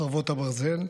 חרבות הברזל),